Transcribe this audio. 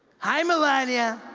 hi melania